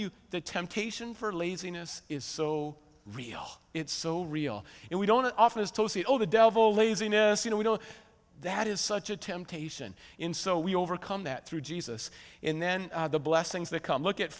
you the temptation for laziness is so real it's so real and we don't often is to see all the devil laziness you know we know that is such a temptation in so we overcome that through jesus and then the blessings that come look at